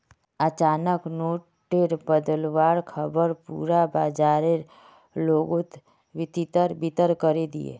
अचानक नोट टेर बदलुवार ख़बर पुरा बाजारेर लोकोत तितर बितर करे दिलए